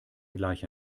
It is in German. gleich